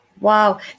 Wow